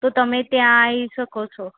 તો તમે ત્યાં આવી શકો છો